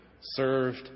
served